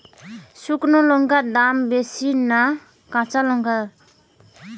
শুক্নো লঙ্কার দাম বেশি না কাঁচা লঙ্কার?